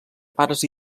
pares